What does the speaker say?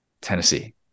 Tennessee